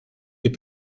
des